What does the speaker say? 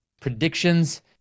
Predictions